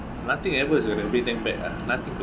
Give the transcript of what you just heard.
nothing ever to get them back ah nothing to